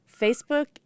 Facebook